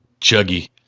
Chuggy